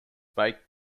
fake